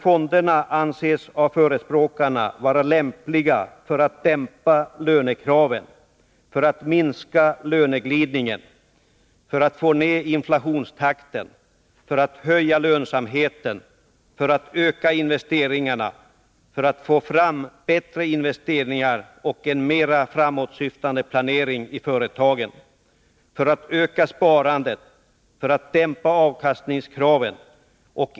Fonderna anses av förespråkarna vara lämpliga för att dämpa lönekraven, för att minska löneglidningen, för att få ned inflationstakten, för att höja lönsamheten, för att öka investeringarna, för att få fram bättre investeringar och en mera framåtsyftande planering i företagen, för att öka sparandet samt för att dämpa avkastningskraven.